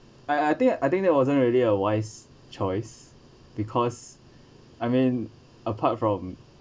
I I think I I think that wasn't really a wise choice because I mean apart from